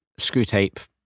Screwtape